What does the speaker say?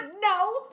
no